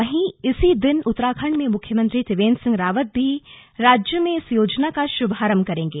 वहीं इसी दिन उत्तराखंड में मुख्यमंत्री त्रिवेन्द्र सिंह रावत भी राज्य में इस योजना का श्भारंभ करेंगे